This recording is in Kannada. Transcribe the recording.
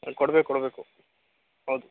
ಕೊಡ್ಬೇಕು ಕೊಡಬೇಕು ಹೌದು